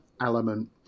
element